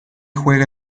juega